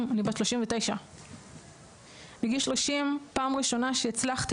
אני בת 39. בגיל 30 פעם ראשונה שהצלחתי